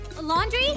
Laundry